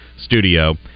studio